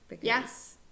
Yes